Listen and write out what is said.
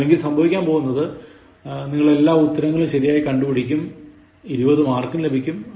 അല്ലെങ്കിൽ സംഭവിക്കുന്നത് നിങ്ങൾ എല്ലാ ഉത്തരങ്ങളും ശരിയായി കണ്ടുപിടിക്കും 20 മാർക്കും ലഭിക്കും